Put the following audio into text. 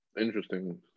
Interesting